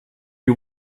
you